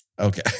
Okay